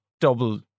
double